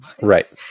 right